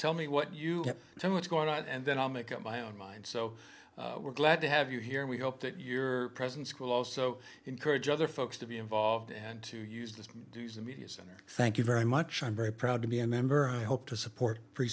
tell me what you have so much going on and then i'll make up my own mind so we're glad to have you here and we hope that your present school also encourage other folks to be involved and to use this as a media center thank you very much i'm very proud to be a member i hope to support free